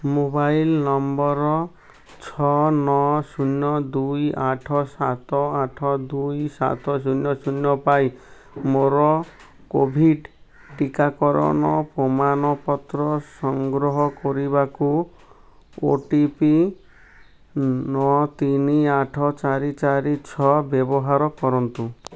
mobile number ଛଅ ନଅ ଶୂନ ଦୁଇ ଆଠ ସାତ ଆଠ ଦୁଇ ସାତ ଶୂନ ଶୂନ ପାଇଁ ମୋର କୋଭିଡ଼୍ ଟିକାକରଣ ପ୍ରମାଣପତ୍ର ସଂଗ୍ରହ କରିବାକୁ ଓ ଟି ପି ନଅ ତିନି ଆଠ ଚାରି ଚାରି ଛଅ ବ୍ୟବହାର କରନ୍ତୁ